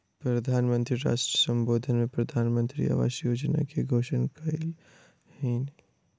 प्रधान मंत्री राष्ट्र सम्बोधन में प्रधानमंत्री आवास योजना के घोषणा कयलह्नि